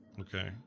Okay